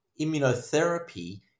immunotherapy